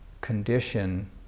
condition